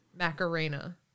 Macarena